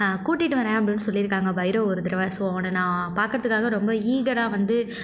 கூட்டிகிட்டு வரேன் அப்படினு சொல்லிருக்கிறாங்க பைரவ் ஒரு தடவை ஸோ அவனை நான் பாக்கிறத்துக்காக ரொம்ப ஈகராக வந்து